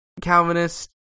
Calvinist